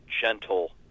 gentle